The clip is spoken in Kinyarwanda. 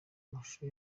amashusho